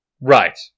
Right